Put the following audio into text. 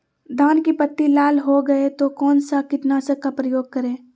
धान की पत्ती लाल हो गए तो कौन सा कीटनाशक का प्रयोग करें?